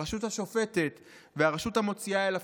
הרשות השופטת והרשות המוציאה אל הפועל,